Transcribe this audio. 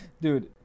Dude